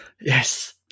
Yes